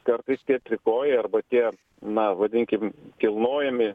kartais tie trikojai arba tie na vadinkim kilnojami